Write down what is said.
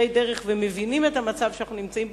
דרך ומבינים את המצב שאנחנו נמצאים בו,